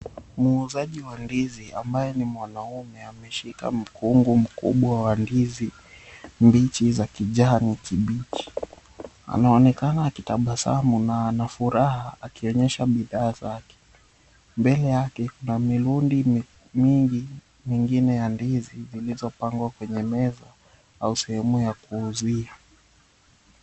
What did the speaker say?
Muuzaji wa ndizi ambaye ni mwanaume ameshika mkungu mkubwa wa ndizi mbichi za kijani kibichi. Anaonekana akitabasamu na ana furaha akionyesha bidhaa zake. Mbele yake kuna milundi mingi mingine ya ndizi zilizopangwa kwenye meza au sehemu ya kuuzia.